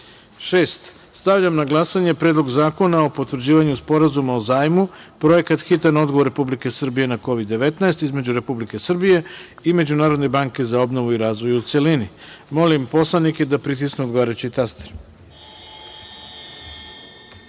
odlučivanje. Stavljam na glasanje Predlog zakona o potvrđivanju Sporazuma o zajmu Projekat „Hitan odgovor Republike Srbije na KOVID 19“ između Republike Srbije i Međunarodne banke za obnovu i razvoj, u celiniMolim narodne poslanike da pritisnu odgovarajući taster